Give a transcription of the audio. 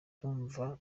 ndumva